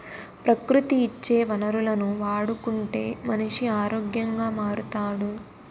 ప్రకృతి ఇచ్చే వనరులను వాడుకుంటే మనిషి ఆరోగ్యంగా మారుతాడు